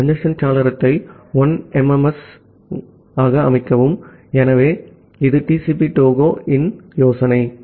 congestion சாளரத்தை 1MSS ஆக அமைக்கவும் ஆகவே இது TCP Tohoe இன் யோசனை ஆகும்